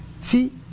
see